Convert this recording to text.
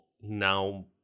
now